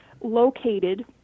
located